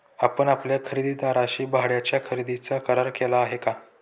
आपण आपल्या खरेदीदाराशी भाड्याच्या खरेदीचा करार केला आहे का?